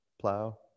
plow